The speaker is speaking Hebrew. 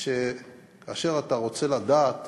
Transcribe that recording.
שכאשר אתה רוצה לדעת